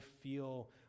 feel